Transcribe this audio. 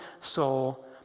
soul